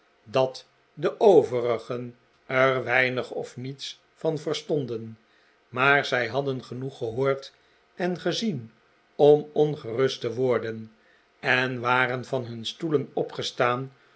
dat de overigen er weinig of niets van verstonden maar zij hadden genoeg gehoord en gezien om ongerust te worden en waren van hun stoelen